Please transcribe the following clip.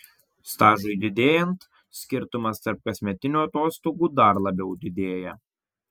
stažui didėjant skirtumas tarp kasmetinių atostogų dar labiau didėja